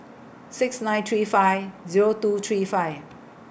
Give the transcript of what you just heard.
six nine three five Zero two three five